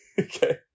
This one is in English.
Okay